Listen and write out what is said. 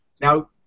Now